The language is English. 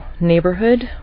neighborhood